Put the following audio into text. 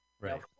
Right